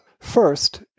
First